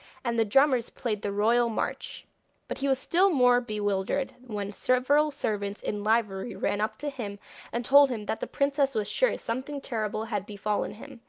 and the drummers played the royal march but he was still more bewildered when several servants in livery ran up to him and told him that the princess was sure something terrible had befallen him,